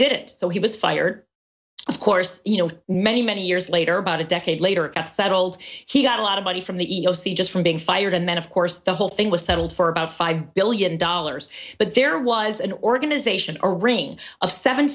did it so he was fired of course you know many many years later about a decade later got settled he got a lot of money from the e e o c just from being fired and then of course the whole thing was settled for about five billion dollars but there was an organization a reign of seven